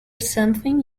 something